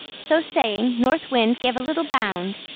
so saying, north wind gave a little bound,